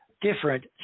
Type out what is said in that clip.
different